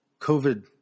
COVID